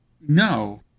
No